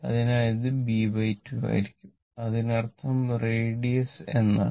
അതിനാൽ ഇത് B 2 ആയിരിക്കും അതിനർത്ഥം റേഡിയോസ് എന്നാണ്